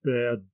bad